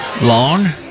Long